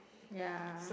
ya